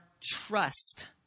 trust